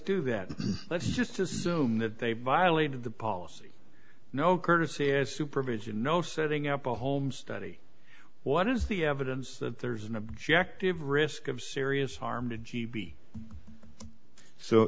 do that let's just assume that they violated the policy no courtesy as supervision no setting up a home study what is the evidence that there's an objective risk of serious harm to g